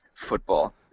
Football